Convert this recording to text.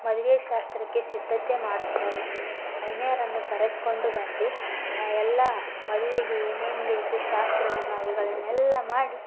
ಮದುವೆ ಶಾಸ್ತ್ರಕ್ಕೆ ಸಿದ್ಧತೆ ಮಾಡುತ್ತಾರೆ ಐನ್ಯರನ್ನು ಕರೆದುಕೊಂಡು ಬಂದು ಎಲ್ಲ ಮದುವೆಗೆ ಏನೇನು ಬೇಕು ಶಾಸ್ತ್ರವನ್ನು ಅವುಗಳನ್ನೆಲ್ಲ ಮಾಡಿ